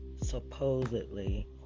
supposedly